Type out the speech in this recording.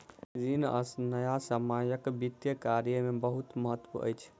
ऋण आ न्यायसम्यक वित्तीय कार्य में बहुत महत्त्व अछि